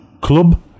Club